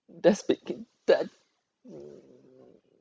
that's be that